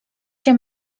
się